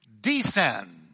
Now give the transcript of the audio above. descend